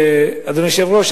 אדוני היושב-ראש,